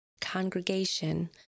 congregation